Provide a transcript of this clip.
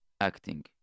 acting